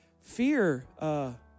fear